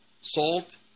salt